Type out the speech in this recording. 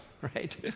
Right